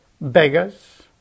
beggars